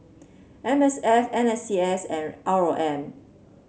M S F N C S and R O M